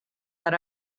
that